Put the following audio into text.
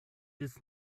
ĝis